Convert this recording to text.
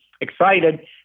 excited